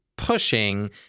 pushing